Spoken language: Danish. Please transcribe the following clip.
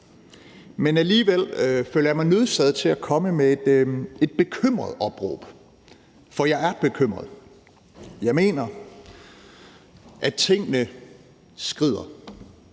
Men alligevel føler jeg mig nødsaget til at komme med et bekymret opråb, for jeg er bekymret. Jeg mener, at tingene skrider.